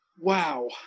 Wow